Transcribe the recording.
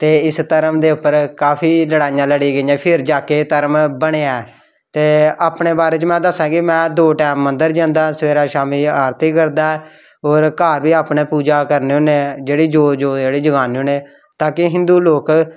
ते इस धरम दे उप्पर काफी लड़ाइयां लड़ियां गेइयां फिर जा के एह् धर्म बनेआ ऐ ते अपने बारे च में दस्सां कि में दो टैम मंदर जंदा सबेरे शामीं आरती करदा ऐ और घर बी अपने पूजा करने होन्ने जेह्ड़ी जोत जोत जेह्ड़ी जगान्ने होन्ने ताकि हिंदू लोक